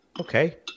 Okay